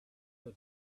her